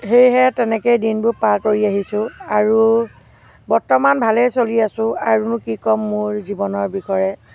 সেইহে তেনেকেই দিনবোৰ পাৰ কৰি আহিছোঁ আৰু বৰ্তমান ভালেই চলি আছোঁ আৰুনো কি ক'ম মোৰ জীৱনৰ বিষয়ে